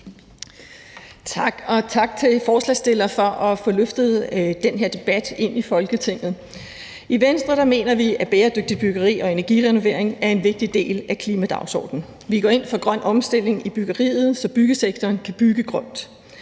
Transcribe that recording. tak til forslagsstillerne for at få løftet den her debat ind i Folketinget. I Venstre mener vi, at bæredygtigt byggeri og energirenovering er en vigtig del af klimadagsordenen. Vi går ind for en grøn omstilling i byggeriet, så byggesektoren kan bygge grønt,